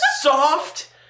soft